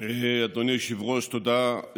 אדוני היושב-ראש, תודה.